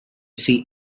see